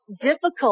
difficult